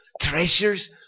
Treasures